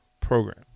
program